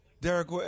Derek